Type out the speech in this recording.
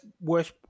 worst